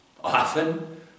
often